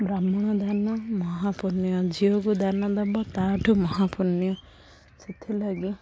ବ୍ରାହ୍ମଣ ଦାନ ମହାପୁର୍ଣ୍ୟ ଝିଅକୁ ଦାନ ଦବ ତାଠୁ ମହାପୁର୍ଣ୍ୟ ସେଥିଲାଗି